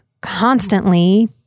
constantly